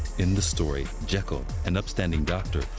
in the story, jekyll, an upstanding doctor,